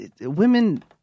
Women